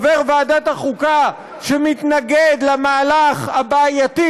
חבר ועדת החוקה שמתנגד למהלך הבעייתי